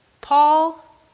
Paul